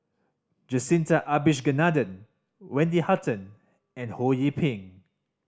Jacintha Abisheganaden Wendy Hutton and Ho Yee Ping